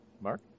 Mark